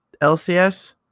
lcs